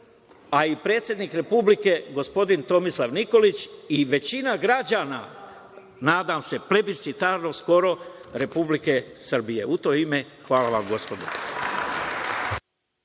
a i predsednik Republike, gospodin Tomislav Nikolić i većina građana, nadam se, Republike Srbije. U to ime, hvala vam, gospodo.